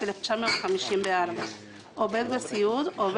נקבע סעיף,